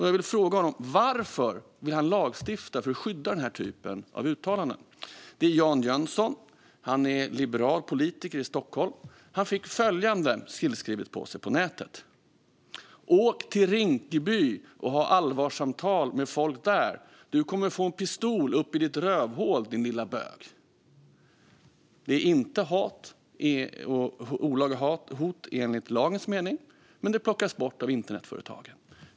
Jag vill fråga honom varför han vill lagstifta för att skydda denna typ av uttalanden. Jan Jönsson, liberal politiker i Stockholm, fick följande skrivet till sig på nätet: "Åk till Rinkeby och ha allvarssamtal med folk du kommer få en pistol upp i ditt rövhål din lilla bög." Detta är inte hat eller olaga hot i lagens mening, men det plockas bort av internetföretagen.